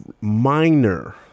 minor